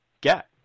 get